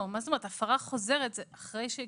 הפרה חוזרת זה אחרי.